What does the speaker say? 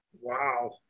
Wow